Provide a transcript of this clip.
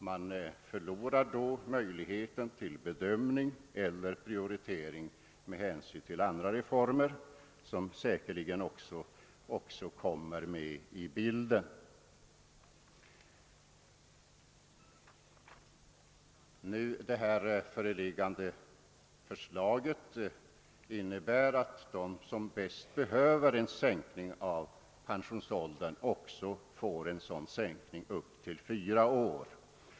Man skulle då förlora möjligheten till bedömning eller prioritering med hänsyn till andra reformer som säkerligen också kommer in i bilden. Det föreliggande förslaget innebär att de som bäst behöver en sänkning av pensionsåldern får en sådan sänkning med upp till fyra år.